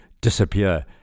disappear